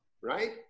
right